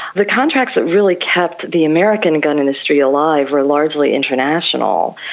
the contracts that really kept the american gun industry lies were largely international.